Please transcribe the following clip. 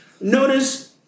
Notice